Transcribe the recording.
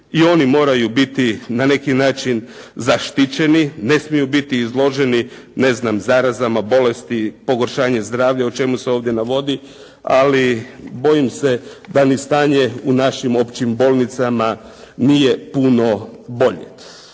i oni moraju biti na neki zaštićeni, ne smiju biti izloženi ne znam zarazama, bolesti, pogoršanje zdravlja o čemu se ovdje navodi, ali bojim se da ni stanje u našim općim bolnicama nije puno bolje.